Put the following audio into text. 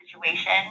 situation